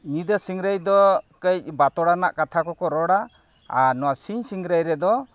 ᱧᱤᱫᱟᱹ ᱥᱤᱝᱨᱟᱹᱭ ᱫᱚ ᱠᱟᱹᱡ ᱵᱟᱛᱳᱲᱟᱱᱟᱜ ᱠᱟᱛᱷᱟ ᱠᱚᱠᱚ ᱨᱚᱲᱟ ᱟᱨ ᱱᱚᱣᱟ ᱥᱤᱧ ᱥᱤᱝᱨᱟᱹᱭ ᱨᱮᱫᱚ